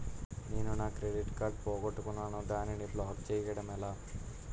నేను నా credit card పోగొట్టుకున్నాను దానిని బ్లాక్ చేయడం ఎలా?